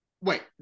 Wait